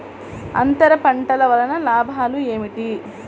అంతర పంటల వలన లాభాలు ఏమిటి?